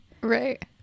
right